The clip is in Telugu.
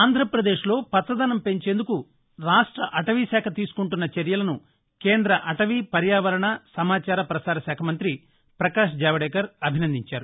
ఆంధ్రాప్రదేశ్ లో పచ్చదనం పెంచేందుకు రాష్ట అటవీ శాఖ తీసుకుంటున్న చర్యలను కేంద్ర అటవీ పర్యావరణ సమాచార ప్రసార శాఖ మంత్రి ప్రకాశ్ జావదేకర్ అభినందదించారు